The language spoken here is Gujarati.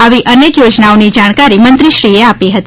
આવી અનેક યોજનાઓની જાણકારી મંત્રીશ્રીએ આપી હતી